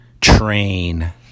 train